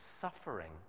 suffering